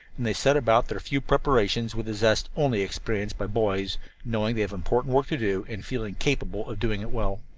and they set about their few preparations with a zest only experienced by boys knowing they have important work to do, and feeling capable of doing it well.